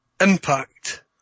impact